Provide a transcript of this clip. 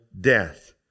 Death